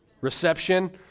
reception